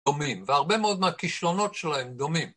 דומים, והרבה מאוד מהכישלונות שלהם דומים.